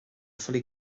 fully